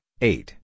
eight